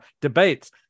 debates